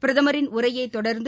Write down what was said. பிரதமரின் உரையைத் தொடர்ந்து